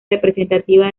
representativa